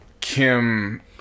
Kim